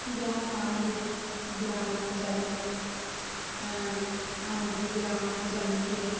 যেমন আমাদের গ্রামাঞ্চলে আমাদের গ্রামাঞ্চলের